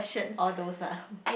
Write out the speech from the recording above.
all those lah